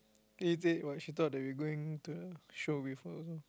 eh date what she thought that we going to the show with her also